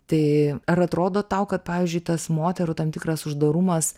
tai ar atrodo tau kad pavyzdžiui tas moterų tam tikras uždarumas